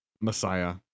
Messiah